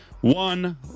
one